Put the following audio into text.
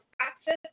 access